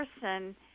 person